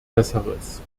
besseres